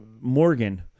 Morgan